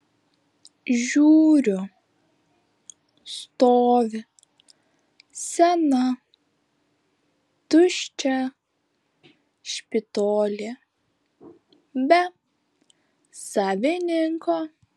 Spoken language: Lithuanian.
žiūriu stovi sena tuščia špitolė be savininko